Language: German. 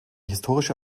historische